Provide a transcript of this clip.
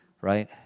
Right